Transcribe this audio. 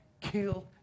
Kill